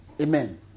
Amen